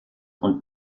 und